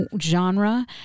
genre